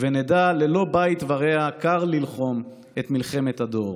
/ ונדע, ללא בית ורע / קר ללחום את מלחמת הדור.